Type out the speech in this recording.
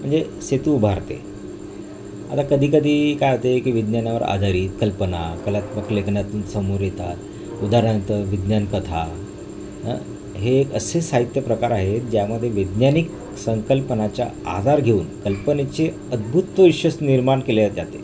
म्हणजे सेतू उभारते आता कधीकधी काय होते की विज्ञानावर आधारित कल्पना कलात्मक लेखनातून समोर येतात उदाहरणार्थ विज्ञान कथा हे एक असे साहित्य प्रकार आहेत ज्यामध्ये विज्ञानिक संकल्पनाच्या आधार घेऊन कल्पनेचे अद्भुत्त विश्वच निर्माण केले जाते